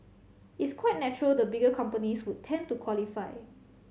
it's quite natural the bigger companies would tend to qualify